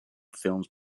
films